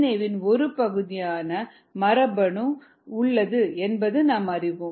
ஏவின் ஒரு பகுதியாக மரபணு உள்ளது என்பதை நாம் அறிவோம்